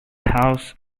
house